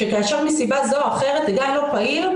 שכאשר מסיבה כזו או אחרת הגן לא פעיל,